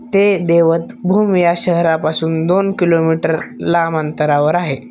ते दैवत भूम या शहरापासून दोन किलोमीटर लांब अंतरावर आहे